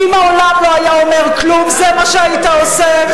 ואם העולם לא היה אומר כלום, זה מה שהיית עושה?